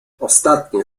ostatnie